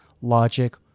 logic